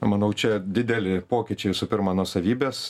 manau čia dideli pokyčiai visų pirma nuosavybės